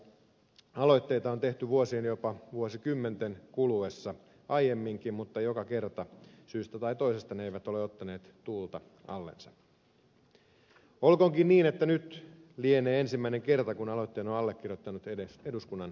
näitä saman kaltaisia aloitteita on tehty vuosien jopa vuosikymmenten kuluessa aiemminkin mutta joka kerta syystä tai toisesta ne eivät ole ottaneet tuulta allensa olkoonkin niin että nyt lienee ensimmäinen kerta kun aloitteen on allekirjoittanut eduskunnan enemmistö